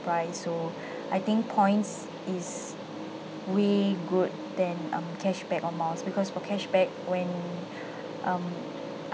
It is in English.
price so I think points is way good than um cashback or miles because for cashback when um I